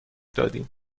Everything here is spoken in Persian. دادیم